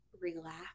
relax